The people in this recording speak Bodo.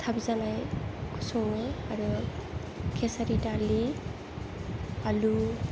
थाब जानायखौ सङो आरो केसारि दालि आलु